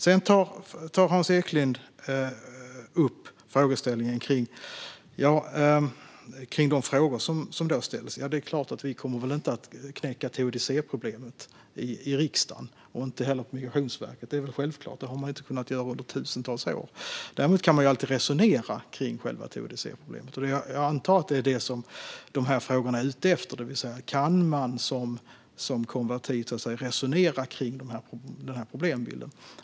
Sedan tar Hans Eklind upp frågor som ställts till en konvertit. Vi kommer självklart inte att knäcka teodicéproblemet i riksdagen eller på Migrationsverket. Det har man inte kunnat göra på tusentals år. Däremot kan man alltid resonera kring teodicéproblemet. Jag antar att de här frågorna är ute efter att man som konvertit kan resonera kring den här problembilden.